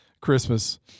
Christmas